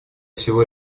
всего